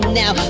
now